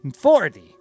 Forty